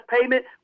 payment